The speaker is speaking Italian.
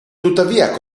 tuttavia